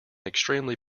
extremely